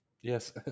Yes